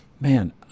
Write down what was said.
Man